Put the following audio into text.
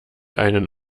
einen